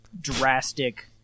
drastic